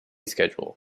schedule